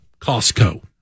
Costco